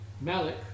malik